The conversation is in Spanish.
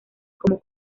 como